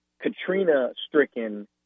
Katrina-stricken